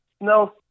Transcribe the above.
no